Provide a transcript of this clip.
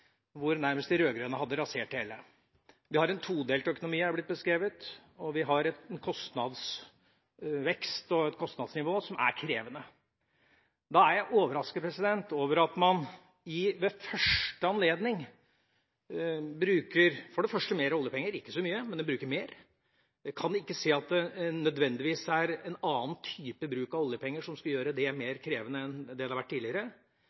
hvor nærmest de rød-grønne hadde rasert det hele. Vi har en todelt økonomi, og vi har en kostnadsvekst og et kostnadsnivå som er krevende. Da er jeg overrasket over at man ved første anledning for det første bruker mer oljepenger – ikke så mye, men man bruker mer. Jeg kan ikke se at det nødvendigvis er en annen type bruk av oljepenger som skulle gjøre det mer krevende enn det det har vært tidligere.